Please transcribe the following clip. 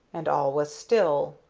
and all was still.